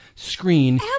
screen